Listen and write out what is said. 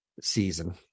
season